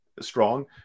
strong